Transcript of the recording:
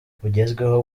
bugezweho